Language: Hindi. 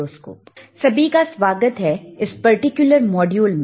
सभी का स्वागत है इस पर्टिकुलर मॉड्यूल में